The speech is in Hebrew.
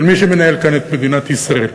של מי שמנהל כאן את מדינת ישראל.